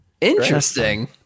Interesting